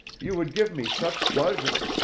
you would give me such pleasure.